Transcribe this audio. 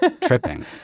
tripping